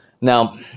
Now